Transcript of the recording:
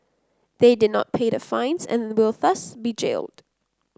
they did not pay the fines and will thus be jailed